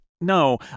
No